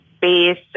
base